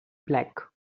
black